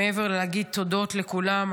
מעבר להגיד תודות לכולם,